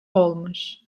olmuş